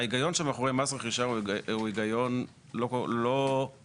ההיגיון שמאחורי מס רכישה הוא היגיון לא עסקי.